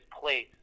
place